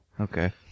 Okay